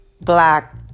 Black